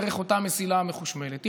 דרך אותה מסילה מחושמלת.